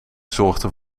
zorgde